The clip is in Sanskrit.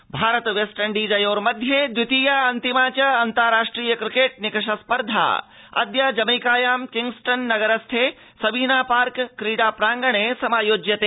क्रिकेट भारत वेस्टइण्डीजयोर्मध्ये द्वितीया अन्तिमा च अन्ताराष्ट्रिय क्रिकेट् निकष स्पर्धा अद्य जमैकायां किंग्स्टन् नगर स्थे सबीना पार्क क्रीडा प्रांगणे समायोज्यते